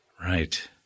Right